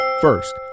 First